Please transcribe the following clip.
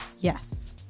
Yes